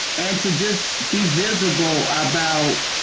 and to just be visible about